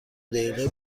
دقیقه